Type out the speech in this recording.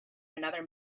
another